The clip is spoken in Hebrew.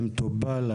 האם טופל,